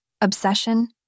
obsession